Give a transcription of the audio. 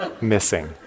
missing